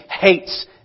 hates